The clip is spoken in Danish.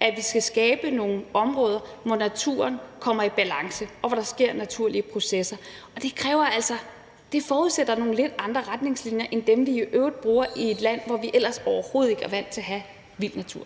at vi skal skabe nogle områder, hvor naturen kommer i balance, og hvor der sker naturlige processer. Og det kræver og forudsætter altså nogle lidt andre retningslinjer end dem, vi i øvrigt bruger i et land, hvor vi ellers overhovedet ikke er vant til at have vild natur.